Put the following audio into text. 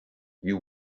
you